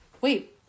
wait